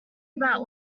about